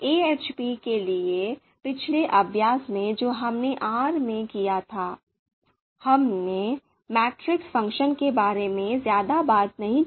AHP के लिए पिछले अभ्यास में जो हमने आर में किया था हमने मैट्रिक्स फ़ंक्शन के बारे में ज्यादा बात नहीं की